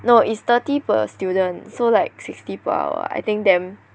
no is thirty per student so like sixty per hour I think damn